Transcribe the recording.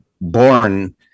born